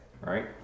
Right